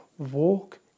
Walk